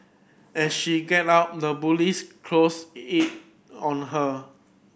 as she get up the bullies close in on her